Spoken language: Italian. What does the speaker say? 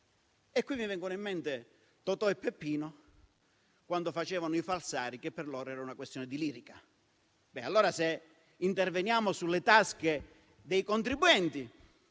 E qui mi vengono in mente Totò e Peppino, quando facevano i falsari, che per loro era una questione di "lirica". Allora, se interveniamo sulle tasche dei contribuenti,